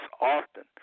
often